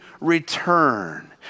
return